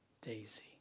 daisy